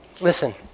Listen